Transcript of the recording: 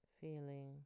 feeling